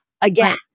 Again